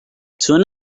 turn